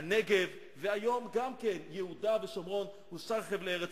והוא אומר: